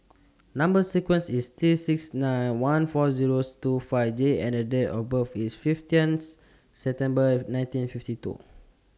Number sequence IS T six nine one four zeros two five J and Date of birth IS fifteenth September nineteen fifty two